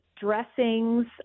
dressings